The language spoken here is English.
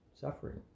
suffering